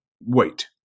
Wait